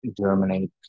germinate